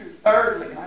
Thirdly